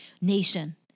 nation